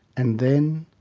and then,